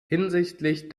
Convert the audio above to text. hinsichtlich